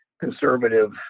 conservative